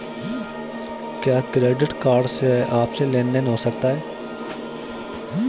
क्या credit card से आपसी लेनदेन हो सकता है?